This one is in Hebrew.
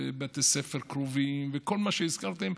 בתי ספר קרובים וכל מה שהזכרתם,